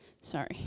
Sorry